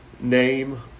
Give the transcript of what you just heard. name